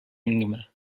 enigma